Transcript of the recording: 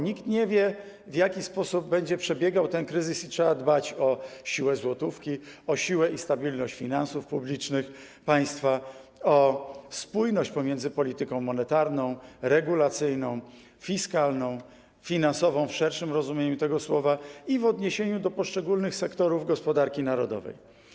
Nikt nie wie, w jaki sposób będzie przebiegał ten kryzys, i trzeba dbać o siłę złotówki, o siłę i stabilność finansów publicznych państwa, o spójność polityki monetarnej, regulacyjnej, fiskalnej, finansowej w szerszym tego słowa znaczeniu, w odniesieniu do poszczególnych sektorów gospodarki narodowej.